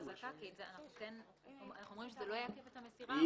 אנחנו אומרים שזה לא יעכב את המסירה,